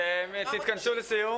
תתכנסו לסיום.